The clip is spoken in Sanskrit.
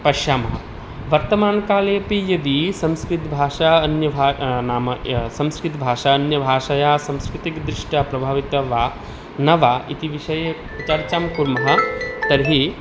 पश्यामः वर्तमानकालेऽपि यदि संस्कृतभाषा अन्यभा नाम य् संस्कृतभाषा अन्यभाषया संस्कृतिदृष्ट्या प्रभाविता वा न वा इति विषये चर्चां कुर्मः तर्हि